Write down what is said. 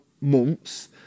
months